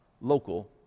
local